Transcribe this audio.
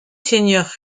seigneur